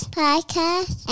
podcast